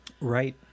right